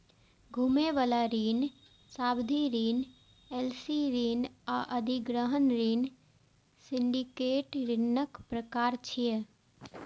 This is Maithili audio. घुमै बला ऋण, सावधि ऋण, एल.सी ऋण आ अधिग्रहण ऋण सिंडिकेट ऋणक प्रकार छियै